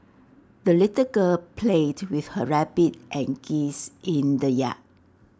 the little girl played with her rabbit and geese in the yard